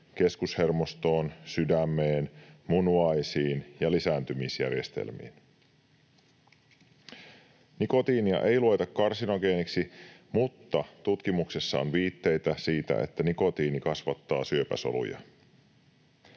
keskushermostoon, sydämeen, munuaisiin ja lisääntymisjärjestelmiin. Nikotiinia ei lueta karsinogeeniksi, mutta tutkimuksissa on viitteitä siitä, että nikotiini kasvattaa syöpäsoluja